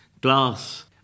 glass